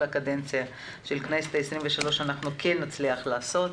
הקדנציה של הכנסת העשרים-ושלוש אנחנו כן נצליח לעשות.